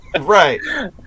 Right